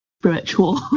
spiritual